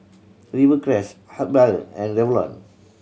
Rivercrest Habhal and Revlon